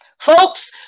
folks